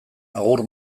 agur